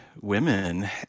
women